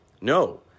No